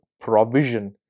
provision